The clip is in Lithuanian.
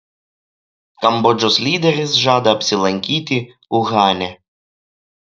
kambodžos lyderis žada apsilankyti uhane